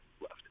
left